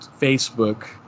Facebook